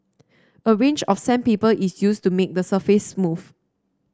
a range of sandpaper is used to make the surface smooth